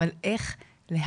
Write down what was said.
אבל איך להעצים,